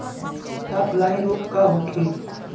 Offline रोग का होखे?